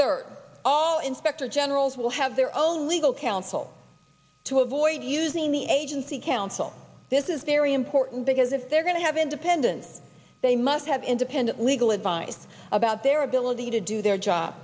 third all inspector generals will have their own legal counsel to avoid using the agency counsel this is very important because if they're going to have independent they must have independent legal advice about their ability to do their job